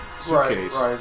suitcase